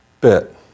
bit